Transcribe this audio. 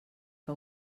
que